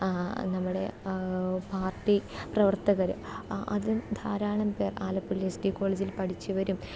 നമ്മുടെ പാർട്ടി പ്രവർത്തകർ അതിൽ ധാരാളം പേർ ആലപ്പുഴ എസ് ഡി കോളേജിൽ പഠിച്ചവരും